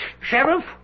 Sheriff